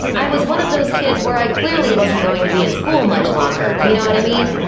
i was one of those kids where i clearly wasn't going to be in school much longer, you know what i mean?